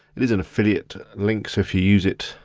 it is an affiliate link, so if you use it,